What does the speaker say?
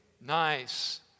nice